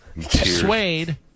suede